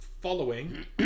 following